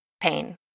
pain